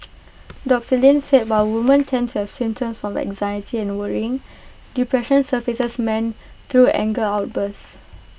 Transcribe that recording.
doctor Lin said while woman tend to have symptoms of anxiety and worrying depression surfaces men through anger outbursts